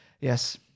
yes